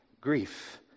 grief